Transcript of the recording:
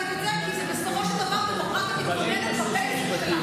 לתמוך בהדחה של חבר הכנסת כסיף.